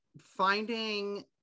Finding